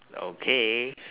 okay